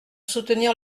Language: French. soutenir